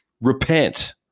repent